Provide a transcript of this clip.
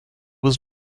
was